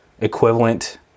equivalent